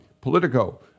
Politico